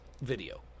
Video